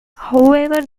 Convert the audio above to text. however